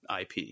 IP